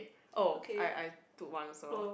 oh I I took one also